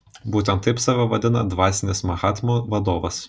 būtent taip save vadina dvasinis mahatmų vadovas